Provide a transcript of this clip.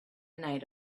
night